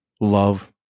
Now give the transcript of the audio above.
love